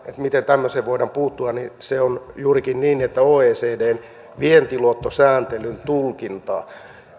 miten tämmöiseen voidaan puuttua se on juurikin niin että oecdn vientiluottosääntelyn tulkintaa